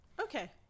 Okay